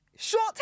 Short